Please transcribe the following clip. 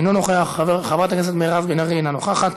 אינו נוכח, חברת הכנסת מירב בן ארי, אינה נוכחת,